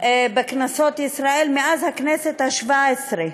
בכנסות ישראל מאז הכנסת השבע-עשרה.